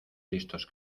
listos